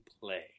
play